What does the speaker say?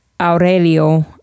Aurelio